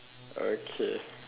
okay